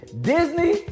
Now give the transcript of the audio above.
Disney